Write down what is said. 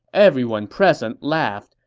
everyone present laughed.